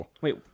Wait